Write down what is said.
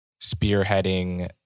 spearheading